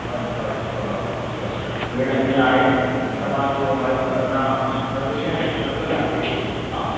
अच्छा अच्छा अच्छा भेण इअं आहे की तव्हांजो मोबाइल त अञा सर्विलेंस ते लॻियल आहे अञा